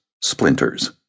splinters